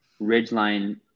Ridgeline